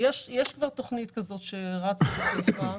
יש כבר תכנית כזאת שרצה בחיפה.